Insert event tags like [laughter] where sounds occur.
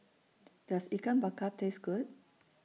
[noise] Does Ikan Bakar Taste Good